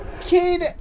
kid